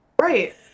Right